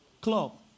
club